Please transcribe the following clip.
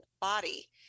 body